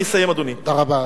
אני אסיים, אדוני, תודה רבה.